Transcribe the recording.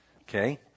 Okay